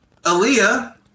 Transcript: Aaliyah